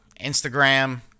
Instagram